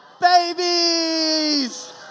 Babies